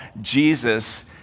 Jesus